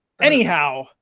anyhow